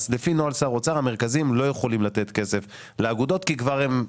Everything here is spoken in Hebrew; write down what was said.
לפי נוהל שר אוצר המרכזים לא יכולים לתת כסף לאגודות כי כבר אנחנו נתנו.